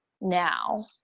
now